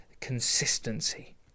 consistency